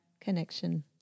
Connection